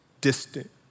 distant